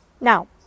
Now